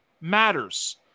matters